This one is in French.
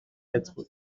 être